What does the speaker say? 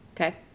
Okay